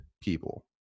people